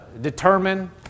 determine